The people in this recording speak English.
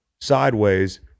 sideways